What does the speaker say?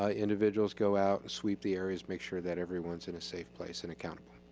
ah individuals go out, sweep the areas, make sure that everyone's in a safe place and accounted